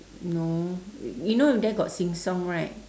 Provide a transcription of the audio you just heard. no you you know there got sheng-siong right